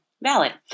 Valid